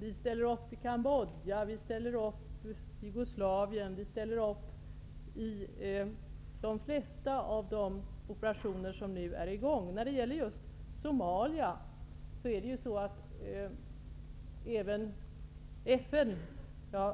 Vi ställer upp i Cambodja, vi ställer upp i Jugoslavien, vi ställer upp i de flesta av de operationer som nu är i gång. När det gäller just Somalia